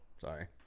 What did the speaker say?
Sorry